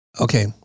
Okay